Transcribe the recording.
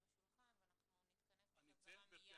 השולחן ואנחנו נתכנס בחזרה מיד לנושא שלנו.